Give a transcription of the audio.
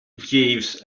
jeeves